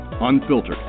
unfiltered